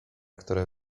które